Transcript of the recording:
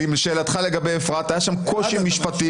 לשאלתך לגבי אפרת, היה שם קושי